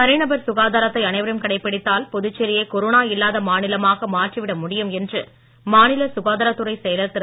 தனிநபர் சுகாதாரத்தை அனைவரும் கடைபிடித்தால் புதுச்சேரியை கொரோனா இல்லாத மாநிலமாக மாற்றிவிட முடியும் என்று மாநில சுகாதாரத்துறைச் செயலர் திரு